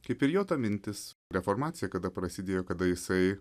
kaip ir jo ta mintis reformacija kada prasidėjo kada jisai